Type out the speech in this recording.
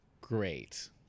Great